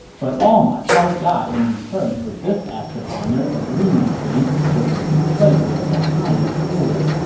but all ma chao got in return for this act of honor and leniency was a betrayal of the highest order,